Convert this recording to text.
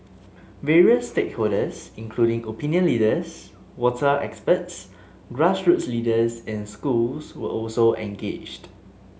various stakeholders including opinion leaders water experts grassroots leaders and schools were also engaged